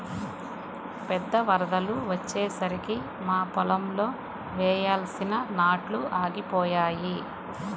పెద్ద వరదలు వచ్చేసరికి మా పొలంలో వేయాల్సిన నాట్లు ఆగిపోయాయి